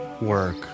Work